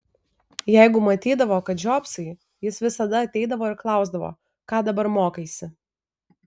jeigu matydavo kad žiopsai jis visada ateidavo ir klausdavo ką dabar mokaisi